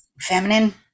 feminine